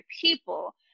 people